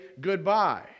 goodbye